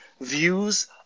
views